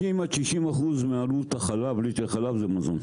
50% עד 60% מעלות ליטר חלב זה מזון.